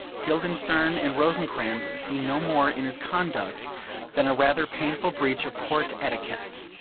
guildenstern and rosencrantz see no more in his conduct than a rather painful breach of court etiquette.